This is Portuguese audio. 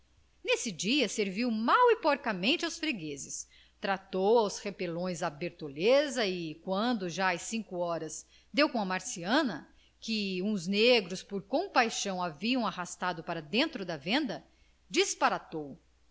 nesse dia serviu mal e porcamente aos fregueses tratou aos repelões a bertoleza e quando já as cinco horas deu com a marciana que uns negros por compaixão haviam arrastado para dentro da venda disparatou